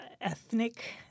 ethnic